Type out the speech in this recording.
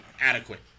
adequate